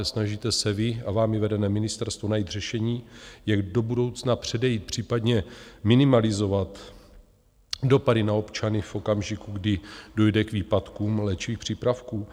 Snažíte se vy a vámi vedené ministerstvo najít řešení, jak do budoucna předejít, případně minimalizovat dopady na občany v okamžiku, kdy dojde k výpadkům léčivých přípravků?